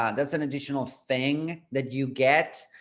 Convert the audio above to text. ah that's an additional thing that you get,